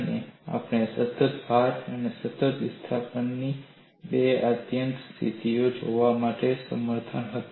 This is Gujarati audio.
અને આપણે સતત ભાર અને સતત વિસ્થાપનની બે આત્યંતિક સ્થિતિઓ જોવા માટે સમર્થ હતા